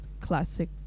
classic